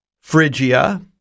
Phrygia